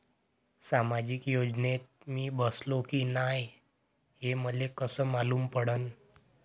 सामाजिक योजनेत मी बसतो की नाय हे मले कस मालूम पडन?